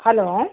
hello